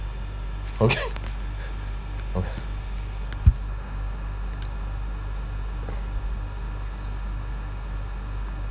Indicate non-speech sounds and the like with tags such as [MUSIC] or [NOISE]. okay [LAUGHS] okay [BREATH]